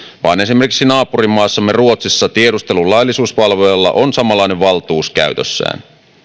vaan esimerkiksi naapurimaassamme ruotsissa tiedustelun laillisuusvalvojalla on samanlainen valtuus käytössään